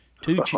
Two